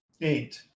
eight